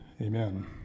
amen